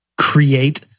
create